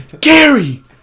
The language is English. Gary